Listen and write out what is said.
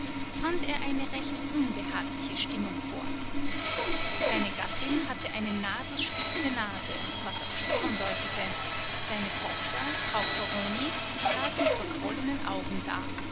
fand er eine recht unbehagliche stimmung vor seine gattin hatte eine nadelspitze nase was auf sturm deutete seine tochter frau corroni saß mit verquollenen augen da